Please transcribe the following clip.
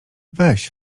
weź